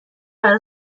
برا